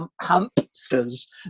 hamsters